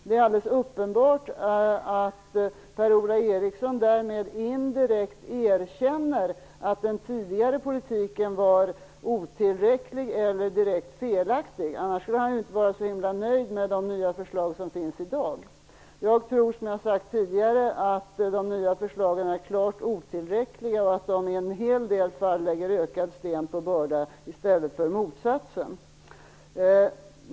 Det är alldeles uppenbart att Per-Ola Eriksson därmed indirekt erkänner att den tidigare politiken var otillräcklig eller direkt felaktig. Annars skulle han väl inte vara så himla nöjd med de nya förslag som finns i dag. Jag tror, som jag tidigare har sagt, att de nya förslagen är klart otillräckliga och att de i en hel del fall lägger ytterligare sten på bördan i stället för att medverka till motsatsen.